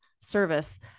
service